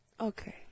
Okay